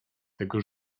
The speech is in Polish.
tego